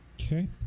Okay